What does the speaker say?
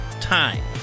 time